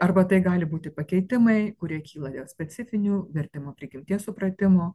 arba tai gali būti pakeitimai kurie kyla dėl specifinių vertimo prigimties supratimo